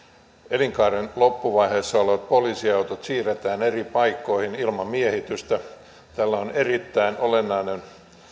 elinkaaren loppuvaiheessa olevat poliisiautot siirretään eri paikkoihin ilman miehitystä tällä on erittäin olennainen